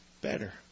better